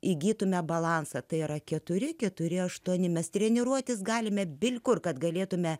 įgytumėme balansą tai yra keturi keturi aštuoni mes treniruotis galime bet kur kad galėtumėme